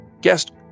guest